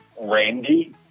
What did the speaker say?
Randy